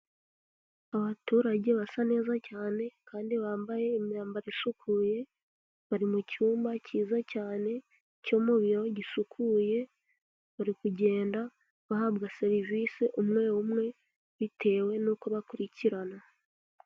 Abaturage basa neza cyane kandi bambaye imyambaro isukuye bari mu cyumba cyiza cyane cyo mu biro gisukuye bari kugenda bahabwa serivisi umwe, umwe bitewe n'uko bakurikirana.